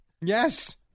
Yes